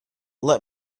let